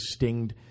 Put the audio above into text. stinged